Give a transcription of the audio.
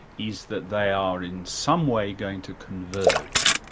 is that they are in some way going to converge.